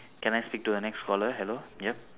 can I speak to the next caller hello yup